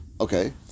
Okay